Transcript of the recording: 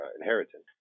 inheritance